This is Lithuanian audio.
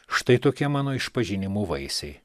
štai tokie mano išpažinimų vaisiai